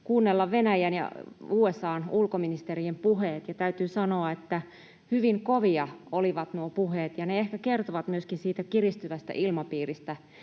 kuunnella Venäjän ja USA:n ulkoministerien puheet. Ja täytyy sanoa, että hyvin kovia olivat nuo puheet. Ne ehkä kertovat myöskin siitä kiristyvästä ilmapiiristä,